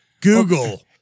Google